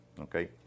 Okay